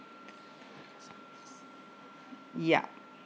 ya